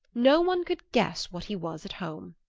no one could guess what he was at home.